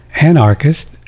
Anarchist